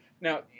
Now